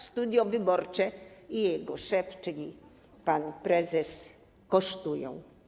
Studio wyborcze i jego szef, czyli pan prezes, kosztują.